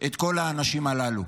את כל האנשים הללו.